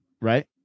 right